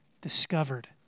discovered